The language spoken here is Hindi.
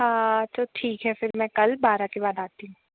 हाँ तो ठीक है फिर मैं कल बारह के बाद आती हूँ